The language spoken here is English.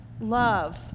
Love